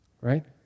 Right